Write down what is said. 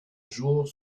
jour